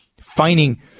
finding